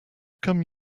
come